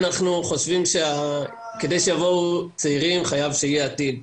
אנחנו חושבים שכדי שיבואו צעירים חייב שיהיה עתיד.